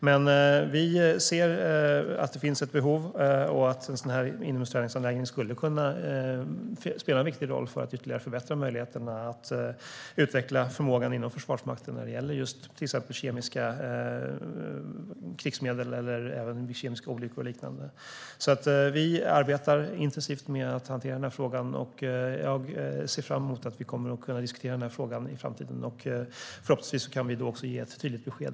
Men vi ser att det finns ett behov och att en inomhusträningsanläggning skulle kunna spela en viktig roll för att ytterligare förbättra möjligheterna att utveckla förmågan inom Försvarsmakten när det gäller till exempel just kemiska stridsmedel, kemiska olyckor och liknande. Vi arbetar intensivt med att hantera frågan. Jag ser fram emot att diskutera frågan i framtiden. Förhoppningsvis kan vi då också ge tydligt besked.